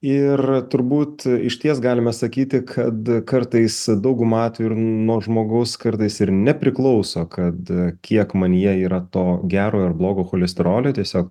ir turbūt išties galime sakyti kad kartais dauguma atvejų ir nuo žmogaus kartais ir nepriklauso kad kiek manyje yra to gerojo ar blogo cholesterolio tiesiog